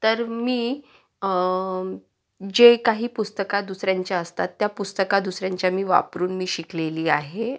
तर मी जे काही पुस्तकं दुसऱ्यांच्या असतात त्या पुस्तकं दुसऱ्यांच्या मी वापरून मी शिकलेली आहे